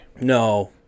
No